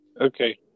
Okay